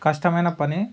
కష్టమైన పని